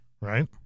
Right